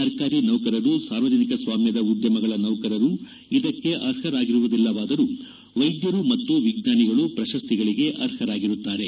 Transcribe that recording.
ಸರ್ಕಾರೀ ನೌಕರರು ಸಾರ್ವಜನಿಕ ಸ್ವಾಮ್ಯದ ಉದ್ಯಮಗಳ ನೌಕರರು ಇದಕ್ಕೆ ಅರ್ಹರಾಗಿರುವುದಿಲ್ಲವಾದರೂ ವೈದ್ಯರು ಮತ್ತು ವಿಜ್ಞಾನಿಗಳು ಪ್ರಶಸ್ತಿಗಳಿಗೆ ಅರ್ಹರಾಗಿರುತ್ತಾರೆ